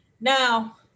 Now